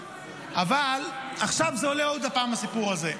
אבל עכשיו עולה עוד פעם הסיפור הזה.